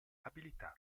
abilità